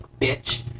bitch